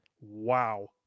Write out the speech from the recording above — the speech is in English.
Wow